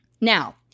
Now